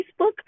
Facebook